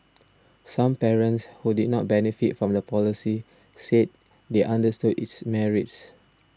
some parents who did not benefit from the policy said they understood its merits